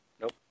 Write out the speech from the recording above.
Nope